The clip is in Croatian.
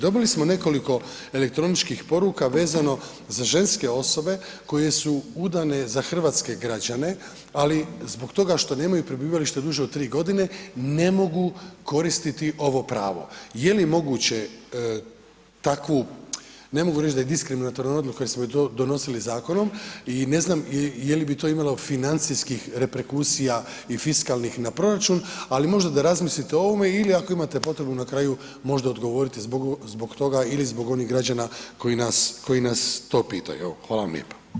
Dobili smo nekoliko elektroničkih poruka vezano za ženske osobe koje su udane za hrvatske građane, ali zbog toga što nemaju prebivalište duže od 3.g. ne mogu koristiti ovo pravo, je li moguće takvu, ne mogu reći da je diskriminatorna odluka jer smo to donosili zakonom i ne znam je li bi to imalo financijskih reperkusija i fiskalnih na proračun, ali možda da razmislite o ovome ili ako imate potrebu na kraju možda odgovoriti zbog toga ili zbog onih građana koji nas, koji nas to pitaju, evo, hvala vam lijepa.